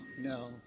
no